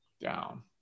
down